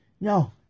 No